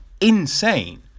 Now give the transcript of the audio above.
insane